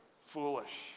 foolish